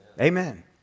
Amen